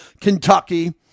Kentucky